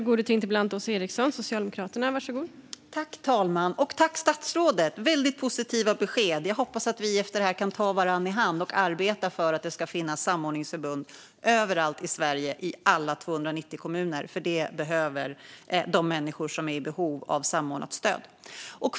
Fru talman! Jag tackar statsrådet. Det var väldigt positiva besked. Jag hoppas att vi efter debatten kan ta varandra i hand och arbeta för att det ska finnas samordningsförbund överallt i Sverige i alla 290 kommuner. Det behöver nämligen de människor som är i behov av samordnat stöd.